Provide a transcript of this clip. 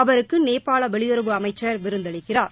அவருக்கு நேபாள வெளியுறவு அமைச்சர் விருந்தளிக்கிறார்